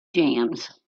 jams